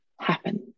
happen